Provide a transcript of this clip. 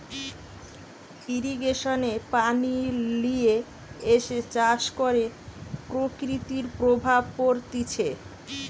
irrigation এ পানি লিয়ে এসে চাষ করে প্রকৃতির প্রভাব পড়তিছে